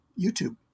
YouTube